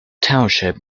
township